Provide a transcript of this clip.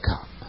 come